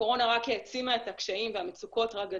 הקורונה רק העצימה את הקשיים והמצוקות רק גדלו.